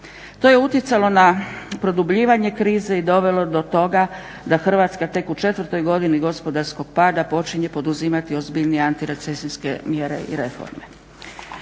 To je utjecalo na produbljivanje krize i dovelo do toga da Hrvatska tek u četvrtoj godini gospodarskog pada počinje poduzimati ozbiljnije antirecesijske mjere i reforme.